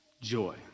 Joy